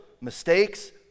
mistakes